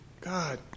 God